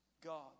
God